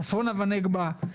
צפונה ונגבה.